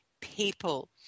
people